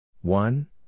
one